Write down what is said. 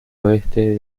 oeste